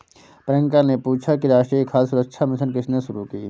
प्रियंका ने पूछा कि राष्ट्रीय खाद्य सुरक्षा मिशन किसने शुरू की?